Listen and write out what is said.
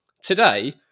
Today